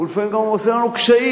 הוא לפעמים גם עושה לנו קשיים.